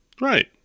Right